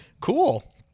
Cool